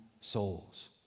souls